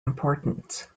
importance